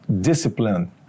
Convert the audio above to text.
discipline